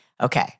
Okay